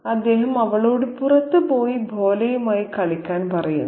അദ്ദേഹം അവളോട് പുറത്ത് പോയി ബോലയുമായി കളിക്കാൻ പറയുന്നു